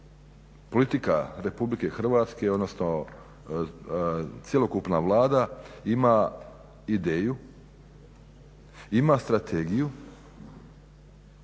politika RH odnosno cjelokupna Vlada ima ideju, ima strategiju